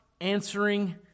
answering